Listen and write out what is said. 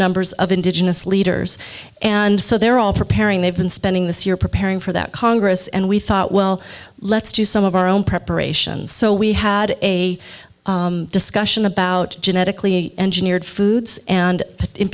numbers of indigenous leaders and so they're all preparing they've been spending this year preparing for that congress and we thought well let's do some of our own preparations so we had a discussion about genetically engineered foods and in